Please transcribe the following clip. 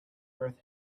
earth